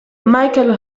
michael